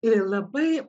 ir labai